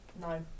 No